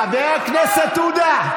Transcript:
חבר הכנסת עודה,